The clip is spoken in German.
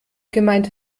gemeinte